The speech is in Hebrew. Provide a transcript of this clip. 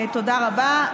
תודה רבה.